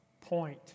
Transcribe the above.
point